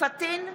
פטין מולא,